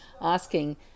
asking